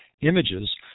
images